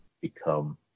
become